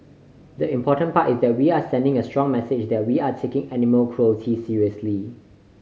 the important part is that we are sending a strong message that we are taking animal cruelty seriously